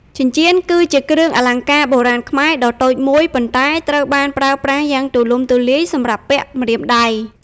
ចិញ្ចៀន គឺជាគ្រឿងអលង្ការបុរាណខ្មែរដ៏តូចមួយ ប៉ុន្តែត្រូវបានប្រើប្រាស់យ៉ាងទូលំទូលាយសម្រាប់ពាក់ ម្រាមដៃ។